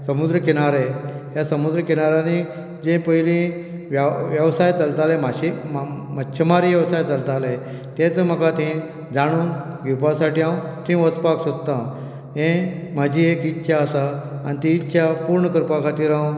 समुद्र किनारे ह्या समुद्र किनाऱ्यांनी जे पयली वेवसाय चलताले मच्छीमारी वेवसाय चलताले तांचें म्हाका थंय जाणून घेवपा साठी हांव थंय वचपाक सोदतां तें म्हजी एक इत्सा आसा आनीती इत्सा पूर्ण करपा खातीर हांव